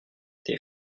tes